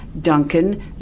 Duncan